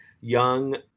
young